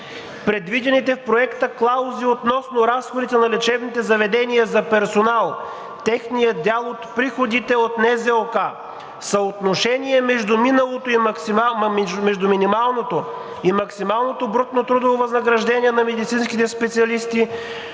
Предвидените в Проекта клаузи относно разходите на лечебните заведения за персонал, техният дял от приходите от НЗОК, съотношение между минималното и максималното брутно трудово възнаграждение на медицинските специалисти,